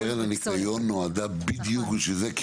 קרן הניקיון נועדה בדיוק לזה?